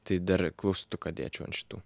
tai dar klaustuką dėčiau ant šitų